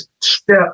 step